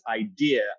idea